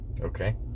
okay